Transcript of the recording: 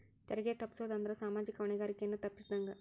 ತೆರಿಗೆ ತಪ್ಪಸೊದ್ ಅಂದ್ರ ಸಾಮಾಜಿಕ ಹೊಣೆಗಾರಿಕೆಯನ್ನ ತಪ್ಪಸಿದಂಗ